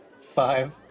five